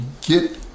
get